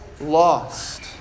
lost